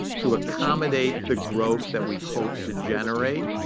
to accommodate the growth that we hoped to generate.